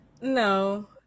No